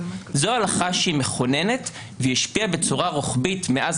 זו הלכה שהיא מכוננת והשפיעה בצורה רוחבית מאז